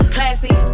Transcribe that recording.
Classy